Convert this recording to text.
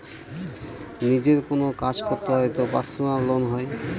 নিজের কোনো কাজ করতে হয় তো পার্সোনাল লোন হয়